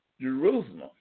Jerusalem